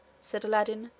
said aladdin,